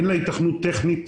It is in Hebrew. אין לה היתכנות טכנית,